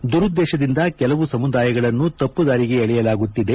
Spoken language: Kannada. ದುರುದ್ದೇಶದಿಂದ ಕೆಲವು ಸಮುದಾಯಗಳನ್ನು ತಪ್ಪದಾರಿಗೆ ಎಳೆಯಲಾಗುತ್ತಿದೆ